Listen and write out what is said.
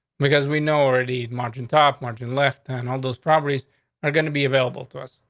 because we know already margin, top margin left and all those properties are going to be available to us.